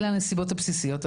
אלה הנסיבות הבסיסיות.